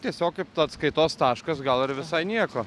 tiesiog kaip atskaitos taškas gal ir visai nieko